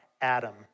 Adam